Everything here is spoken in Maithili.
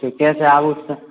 ठीके छै आबै छियै